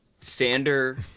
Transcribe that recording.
Sander